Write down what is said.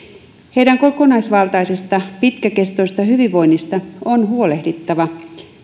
heidän kokonaisvaltaisesta pitkäkestoisesta hyvinvoinnistaan on huolehdittava